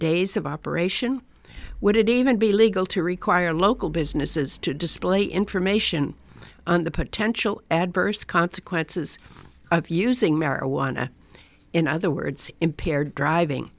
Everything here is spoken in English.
days of operation would it even be legal to require local businesses to display information on the potential adverse consequences of using marijuana in other words impaired driving